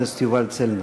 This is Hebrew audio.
חבר הכנסת יובל צלנר.